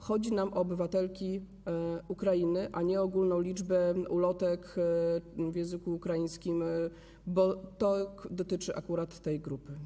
Chodzi nam o obywatelki Ukrainy, a nie o ogólną liczbę ulotek w języku ukraińskim, bo to dotyczy akurat tej grupy.